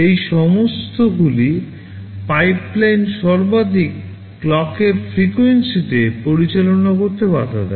এই সমস্তগুলি পাইপলাইন সর্বাধিক ক্লকের ফ্রিকোয়েন্সিতে পরিচালনা করতে বাধা দেয়